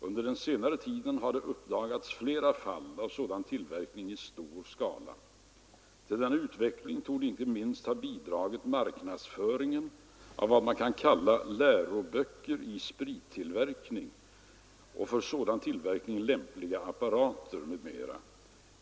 Under den senare tiden har det uppdagats flera fall av sådan tillverkning i stor skala. Till denna utveckling torde inte minst ha bidragit marknadsföringen av vad man kan kalla läroböcker i sprittillverkning och för sådan tillverkning lämpliga apparater m.m.